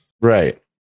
right